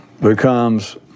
becomes